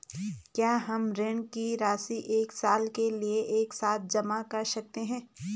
क्या हम ऋण की राशि एक साल के लिए एक साथ जमा कर सकते हैं?